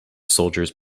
soldiers